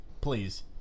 Please